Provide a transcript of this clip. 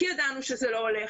כי ידענו שזה לא הולך,